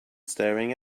staring